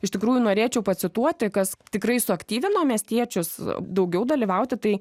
iš tikrųjų norėčiau pacituoti kas tikrai suaktyvino miestiečius daugiau dalyvauti tai